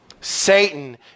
Satan